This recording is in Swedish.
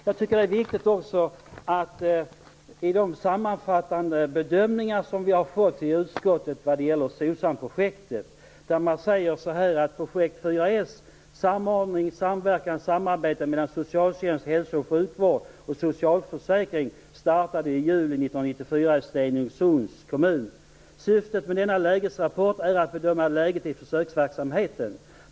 Jag tycker också att det är viktiga sammanfattande bedömningar vi har fått i utskottet vad gäller SOCSAM-projektet. Man säger: Projekt 4S - samordning, samverkan, samarbete mellan socialtjänst, hälso och sjukvård och socialförsäkring - startade i juni 1994 i Stenungsunds kommun. Syftet med denna lägesrapport är att bedöma läget i försöksverksamheten.